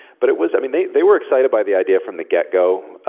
but it was, i mean, they were excited by the idea from the get go.